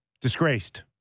disgraced